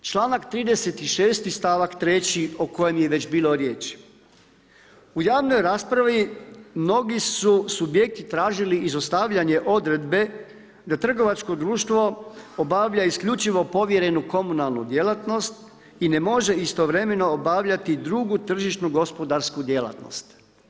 Drugo, članak 36. stavak 3. o kojem je već bilo riječ, u javnoj raspravi mnogi su subjekti tražili izostavljanje odredbe da trgovačko društvo obavlja isključivo povjerenu komunalnu djelatnost i ne može istovremeno obavljati drugu tržišnu gospodarsku djelatnost.